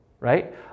Right